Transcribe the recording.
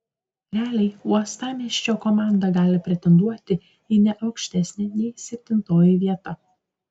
realiai uostamiesčio komanda gali pretenduoti į ne aukštesnę nei septintoji vieta